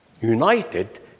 United